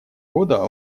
года